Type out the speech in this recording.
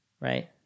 right